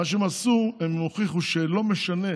מה שהם עשו הוא שהם הוכיחו שלא משנה,